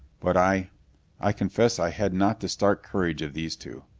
but i i confess i had not the stark courage of these two.